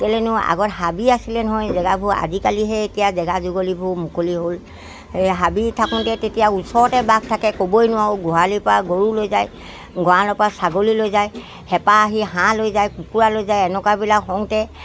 ক'লেনো আগত হাবি আছিলে নহয় জেগাবোৰ আজিকালিহে এতিয়া জেগা যুগলীবোৰ মুকলি হ'ল সেই হাবি থাকোঁতে তেতিয়া ওচৰতে বাঘ থাকে ক'বই নোৱাৰোঁ গোহালিৰ পৰা গৰু লৈ যায় গঁৰালৰ পৰা ছাগলী লৈ যায় হেপা আহি হাঁহ লৈ যায় কুকুৰা লৈ যায় এনেকুৱাবিলাক হওঁতে